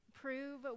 Prove